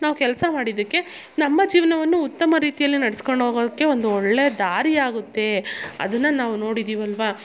ನಾವು ಕೆಲಸ ಮಾಡಿದ್ದಕ್ಕೆ ನಮ್ಮ ಜೀವನವನ್ನು ಉತ್ತಮ ರೀತಿಯಲ್ಲಿ ನಡಸ್ಕೊಂಡು ಹೋಗೋಕೆ ಒಂದು ಒಳ್ಳೆ ದಾರಿ ಆಗುತ್ತೆ ಅದನ್ನು ನಾವು ನೋಡಿದ್ದೀವಲ್ಲವ